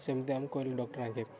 ସେମିତି ଆମକୁ କହିଲେ ଡକ୍ଟର ଆଙ୍କେ